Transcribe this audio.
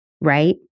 right